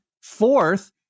fourth